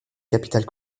capitale